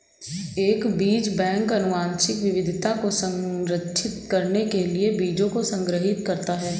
एक बीज बैंक आनुवंशिक विविधता को संरक्षित करने के लिए बीजों को संग्रहीत करता है